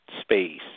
space